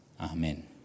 Amen